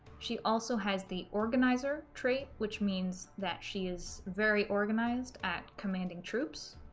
she also has the organizer trait, which means that she is very organized at commanding troops,